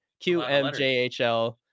QMJHL